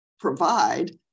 provide